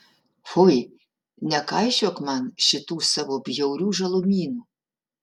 fui nekaišiok man šitų savo bjaurių žalumynų